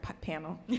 panel